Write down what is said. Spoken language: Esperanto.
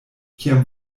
kiam